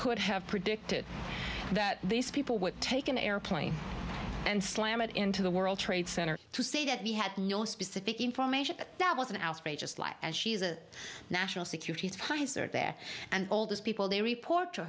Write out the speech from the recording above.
could have predicted that these people would take an airplane and slam it into the world trade center to say that we had no specific information that was an outrageous lie and she's a national security ties are there and all those people they report to